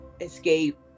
escape